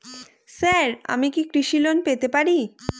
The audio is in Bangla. স্যার আমি কি কৃষি লোন পেতে পারি?